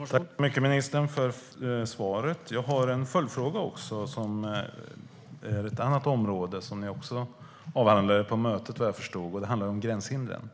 Herr talman! Tack så mycket, ministern, för svaret! Jag har en följdfråga som gäller ett annat område som ni, vad jag förstår, också avhandlade på mötet. Det handlar om gränshindren.